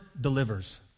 delivers